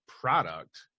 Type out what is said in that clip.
product